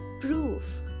proof